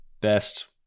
best